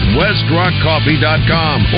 westrockcoffee.com